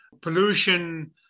pollution